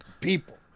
People